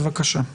בבקשה.